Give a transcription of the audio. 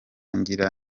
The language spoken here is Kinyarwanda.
ngira